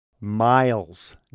miles